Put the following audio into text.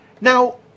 Now